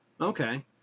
Okay